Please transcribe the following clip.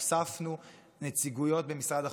הוספנו נציגויות במשרד החוץ,